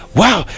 wow